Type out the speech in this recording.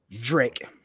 Drake